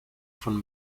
von